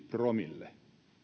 promille